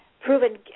proven